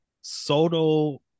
Soto